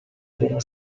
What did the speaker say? della